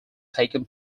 taken